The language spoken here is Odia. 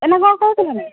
ଏନା କ'ଣ କହୁଥିଲ କି